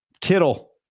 Kittle